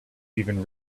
even